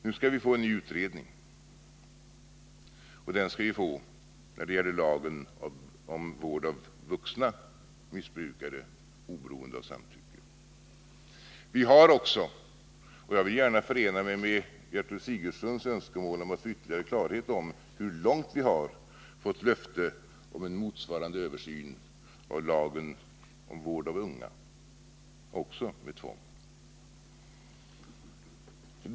Nu skall vi få en ny utredning, och den skall vi få när det gäller lagen om vård av vuxna missbrukare oberoende av samtycke. Vi har också fått löfte — och jag vill gärna förena mig med Gertrud Sigurdsens önskemål om att få ytterligare klarhet om hur långt det sträcker sig — om en motsvarande översyn av lagen om vård av unga, också med tvång.